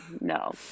No